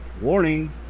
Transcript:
warning